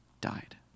died